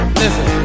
listen